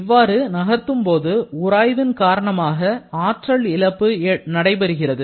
இவ்வாறு நகர்த்தும் போது உராய்வின் காரணமாக ஆற்றல் இழப்பு நடைபெறுகிறது